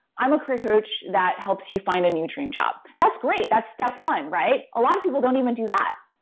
i'm a career coach that helps you find a new dream job. that's great. that's step one, right? a lot of people don't even do that.